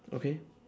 okay